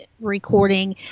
recording